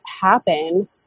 happen